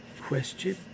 question